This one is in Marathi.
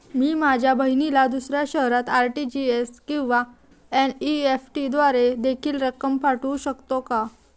मी माझ्या बहिणीला दुसऱ्या शहरात आर.टी.जी.एस किंवा एन.इ.एफ.टी द्वारे देखील रक्कम पाठवू शकतो का?